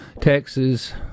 texas